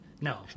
No